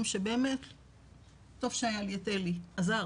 שבאמת טוב שהיה לי את אלי, עזר.